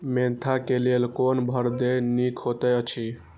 Mentha क लेल कोन परभेद निक होयत अछि?